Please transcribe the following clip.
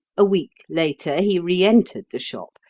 a week later he re-entered the shop,